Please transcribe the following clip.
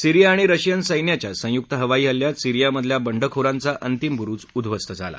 सिरिया आणि रशियन सैन्याच्या संयुक्त हवाई हल्ल्यात सीरियातल्या बंडखोरांचा अंतिम बुरूज उद्ववस्त झाला